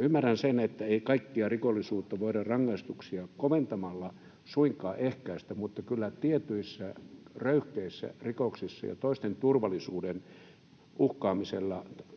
Ymmärrän sen, että ei kaikkea rikollisuutta voida rangaistuksia koventamalla suinkaan ehkäistä, mutta kyllä tietyissä röyhkeissä rikoksissa ja toisten turvallisuuden uhkaamisessa